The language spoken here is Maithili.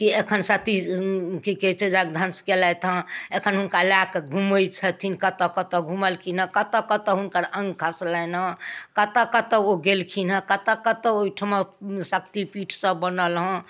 कि एखन सती कि कहै छै जगधंस केलथि हँ एखन हुनका लऽ कऽ घुमै छथिन कतऽ कतऽ घुमलखिन हँ कतऽ कतऽ हुनकर अङ्ग खसलनि हँ कतऽ कतऽ ओ गेलखिन हँ कतऽ कतऽ ओहिठाम शक्तिपीठसब बनल हँ